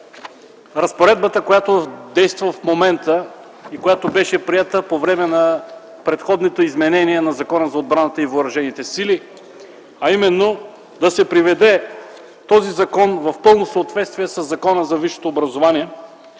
разпоредбата, която действа в момента и беше приета по време на предходното изменение на Закона за отбраната и въоръжените сили, а именно да се приведе този закон в пълно съответствие със Закона за висшето образование,